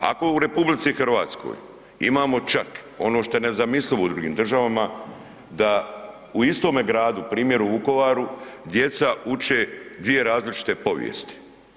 Ako u RH imamo čak, ono što je nezamislivo u drugim državama, da u istome gradu, primjer u Vukovaru, djeca uče dvije različite povijesti.